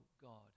God